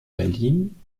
berlin